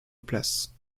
place